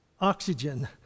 oxygen